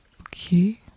Okay